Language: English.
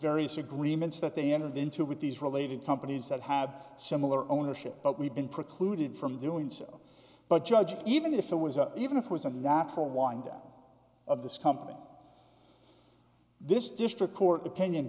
remains that they entered into with these related companies that have similar ownership but we've been precluded from doing so but judge even if it was up even if it was a natural wind up of this company this district court opinion